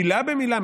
מילה במילה,